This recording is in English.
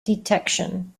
detection